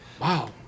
Wow